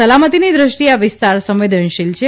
સલામતિની દ્રષ્ટિએ આ વિસ્તાર સંવેદનશીલ છે